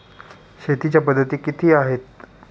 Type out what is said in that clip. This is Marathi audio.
शेतीच्या पद्धती किती आहेत?